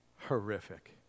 horrific